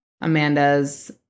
Amanda's